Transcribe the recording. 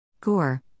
Gore